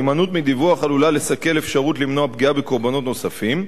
ההימנעות מדיווח עלולה לסכל אפשרות למנוע פגיעה בקורבנות נוספים,